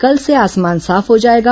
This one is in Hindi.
कल से आसमान साफ हो जाएगा